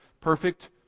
perfect